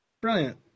brilliant